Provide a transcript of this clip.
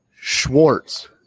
Schwartz